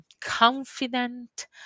confident